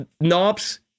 knobs